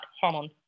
hormone